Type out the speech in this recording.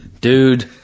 Dude